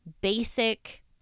basic